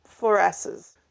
Fluoresces